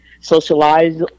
socialize